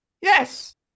Yes